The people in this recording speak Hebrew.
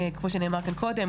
כמו שנאמר כאן קודם,